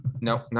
no